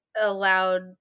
allowed